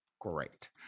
Great